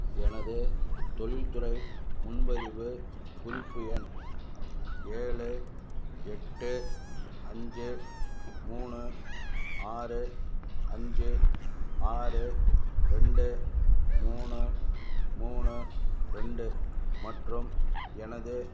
எனது தொழில் துறை முன்பதிவு குறிப்பு எண் ஏழு எட்டு அஞ்சு மூணு ஆறு அஞ்சு ஆறு ரெண்டு மூணு மூணு ரெண்டு மற்றும் எனது